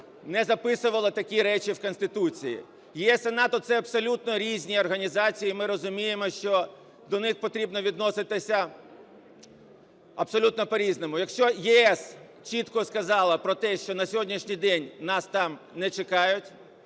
не записувала такі речі в конституції. ЄС і НАТО – це абсолютно різні організації і ми розуміємо, що до них потрібно відноситися абсолютно по різному. Якщо ЄС чітко сказала про те, що на сьогоднішній день нас там не чекають,